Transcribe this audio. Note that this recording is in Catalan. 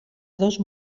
dos